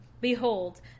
Behold